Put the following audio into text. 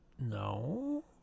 no